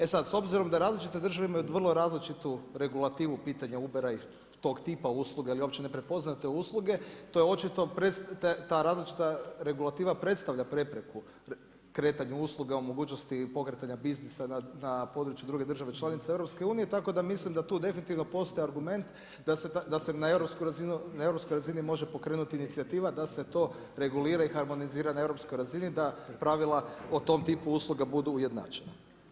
E sad s obzirom da različite države imaju vrlo različitu regulativu pitanja Ubera i tog tipa usluga ili uopće ne prepoznaju te usluge to je očito, ta različita regulativa predstavlja prepreku kretanju usluga o mogućnosti pokretanja biznisa na području druge države članice EU tako da mislim da tu definitivno postoji argument da se na europskoj razini može pokrenuti inicijativa da se to regulira i harmonizira na europskoj razini da pravila o tom tipu usluga budu ujednačena.